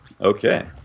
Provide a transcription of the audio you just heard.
Okay